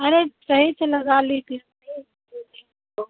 अरे सही से लगा लीजिए